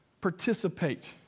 participate